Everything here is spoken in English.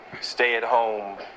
stay-at-home